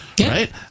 Right